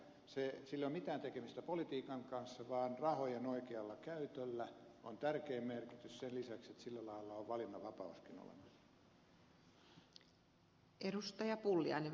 sillä ei ole mitään tekemistä politiikan kanssa vaan rahojen oikealla käytöllä on tärkein merkitys sen lisäksi että sillä lailla on valinnan vapauskin olemassa